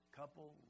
couple